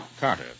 Carter